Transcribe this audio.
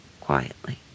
Quietly